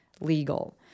legal